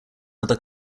other